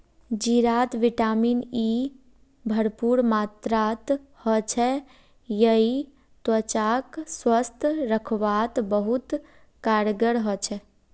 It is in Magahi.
जीरात विटामिन ई भरपूर मात्रात ह छेक यई त्वचाक स्वस्थ रखवात बहुत कारगर ह छेक